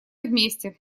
вместе